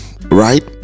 right